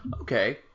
Okay